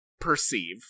perceive